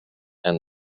and